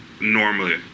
normally